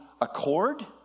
accord